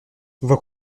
voie